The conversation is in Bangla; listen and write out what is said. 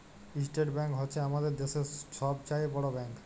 ইসটেট ব্যাংক হছে আমাদের দ্যাশের ছব চাঁয়ে বড় ব্যাংক